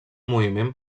moviment